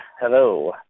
Hello